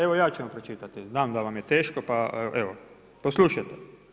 Evo ja ću vam pročitati, znam da vam je teško pa evo, poslušajte.